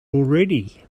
already